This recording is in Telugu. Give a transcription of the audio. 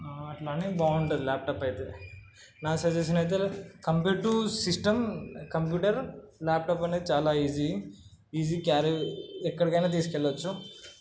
అట్లా అని బాగుంటుంది ల్యాప్టాప్ అయితే నా సజెషన్ అయితే compare to system computer laptop అనేది చాలా ఈజీ ఈజీ క్యారీ ఎక్కడికైనా తీసుకు వెళ్ళచ్చు